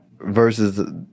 versus